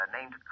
named